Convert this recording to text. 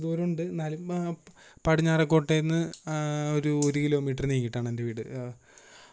കുറച്ച് ദൂരമുണ്ട് എന്നാലും പടിഞ്ഞാറെകോട്ടയിൽ നിന്ന് ഒരു ഒരുകിലോമീറ്റർ നീങ്ങിയിട്ടാണ് എൻ്റെ വീട് അപ്പോൾ